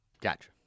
Gotcha